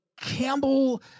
Campbell